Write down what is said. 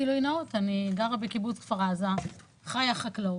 גילוי נאות, אני גרה בקיבוץ כפר עזה, חיה חקלאות,